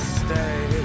stay